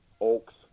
oaks